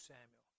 Samuel